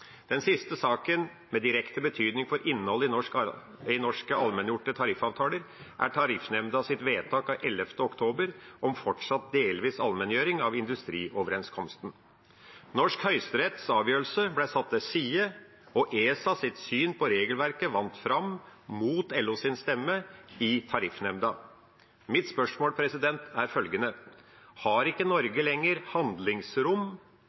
Den siste saken med direkte betydning for innholdet i norske allmenngjorte tariffavtaler, er Tariffnemndas vedtak av 11. oktober om fortsatt delvis allmenngjøring av industrioverenskomsten. Norsk høyesteretts avgjørelse ble satt til side, og ESAs syn på regelverket vant fram, mot LOs stemme, i Tariffnemnda. Mitt spørsmål er følgende: Har ikke Norge lenger handlingsrom